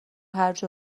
هرج